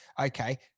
okay